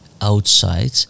outside